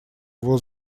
его